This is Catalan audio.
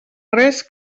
res